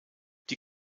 die